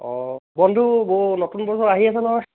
অঁ বন্ধু ব নতুন বছৰ আহি আছে নহয়